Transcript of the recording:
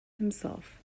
himself